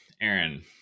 Aaron